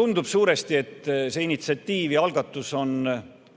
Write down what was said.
Tundub suuresti, et see on eelkõige